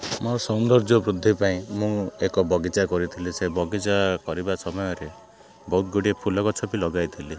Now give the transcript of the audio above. ମୋର ସୌନ୍ଦର୍ଯ୍ୟ ବୃଦ୍ଧି ପାଇଁ ମୁଁ ଏକ ବଗିଚା କରିଥିଲି ସେ ବଗିଚା କରିବା ସମୟରେ ବହୁତ ଗୁଡ଼ିଏ ଫୁଲ ଗଛ ବି ଲଗାଇଥିଲି